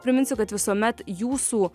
priminsiu kad visuomet jūsų